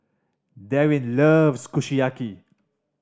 Daryn loves Kushiyaki